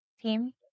team